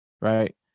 Right